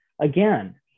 again